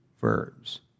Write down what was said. verbs